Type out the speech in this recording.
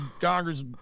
congress